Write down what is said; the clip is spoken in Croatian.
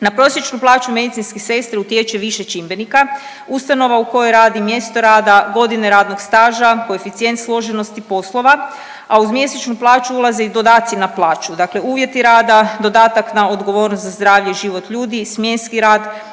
Na prosječnu plaću medicinske sestre utječe više čimbenika, ustanova u kojoj radi, mjesto rada, godine radnog staža, koeficijent složenosti poslova, a uz mjesečnu plaću ulaze i dodaci na plaću, dakle uvjeti rada, dodatak na odgovornost za zdravlje i život ljudi, smjenski rad,